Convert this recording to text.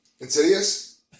Insidious